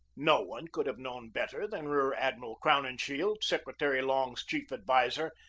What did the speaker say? no one could have known better than rear admiral crowninshield, secretary long's chief ad viser,